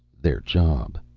their job.